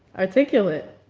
articulate.